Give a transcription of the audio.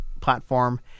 platform